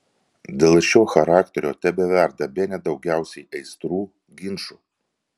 dėl šio charakterio tebeverda bene daugiausiai aistrų ginčų